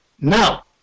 Now